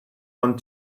want